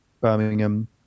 Birmingham